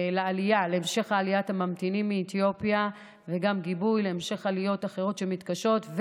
להמשך עליית הממתינים מאתיופיה וגם גיבוי להמשך עליות אחרות שמתקשות,